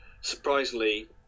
surprisingly